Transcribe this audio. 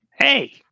hey